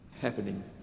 happening